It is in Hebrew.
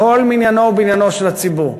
כל מניינו ובניינו של הציבור.